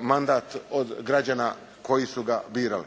mandat od građana koji su ga birali.